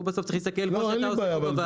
הוא בסוף צריך להסתכל כמו שאתה עושה פה בוועדה,